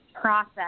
process